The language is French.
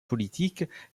politique